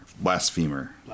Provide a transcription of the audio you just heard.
Blasphemer